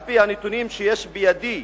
על-פי הנתונים שיש בידי,